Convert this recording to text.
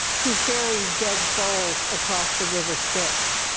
who ferries dead souls across the river styx.